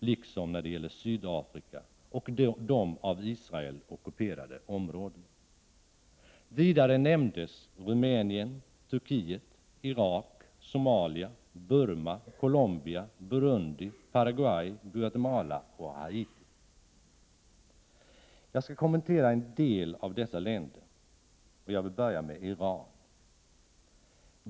Detsamma gäller Sydafrika och de av Israel ockuperade områdena. Vidare nämndes Rumänien, Turkiet, Irak, Somalia, Burma, Colombia, Burundi, Paraguay, Guatemala och Haiti. Jag skall kommentera en del av dessa länder. Jag vill börja med Iran.